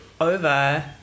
over